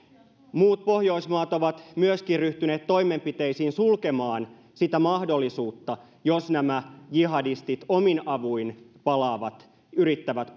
muut pohjoismaat ovat myöskin ryhtyneet toimenpiteisiin joilla suljetaan sitä mahdollisuutta että nämä jihadistit omin avuin yrittävät